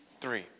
three